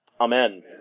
Amen